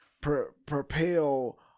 propel